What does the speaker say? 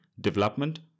development